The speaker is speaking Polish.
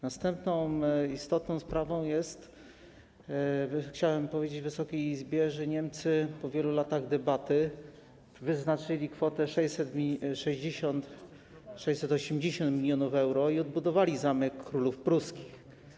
Następną istotną sprawą, o której chciałbym powiedzieć Wysokiej Izbie, jest to, że Niemcy po wielu latach debaty wyznaczyli kwotę 660, 680 mln euro i odbudowali zamek królów pruskich.